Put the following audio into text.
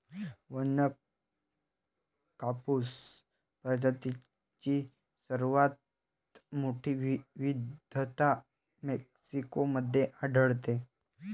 वन्य कापूस प्रजातींची सर्वात मोठी विविधता मेक्सिको मध्ये आढळते